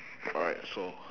alright so